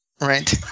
right